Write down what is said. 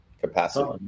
capacity